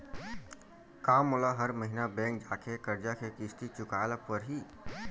का मोला हर महीना बैंक जाके करजा के किस्ती चुकाए ल परहि?